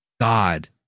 God